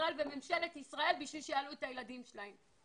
ישראל וממשלת ישראל כדי שיעלו את הילדים שלהן.